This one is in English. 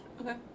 okay